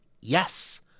Yes